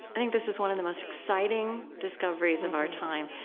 i think this is one of the most exciting discoveries of our time,